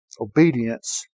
obedience